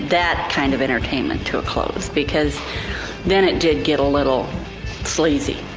that kind of entertainment to a close because then it did get a little sleazy.